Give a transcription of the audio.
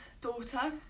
daughter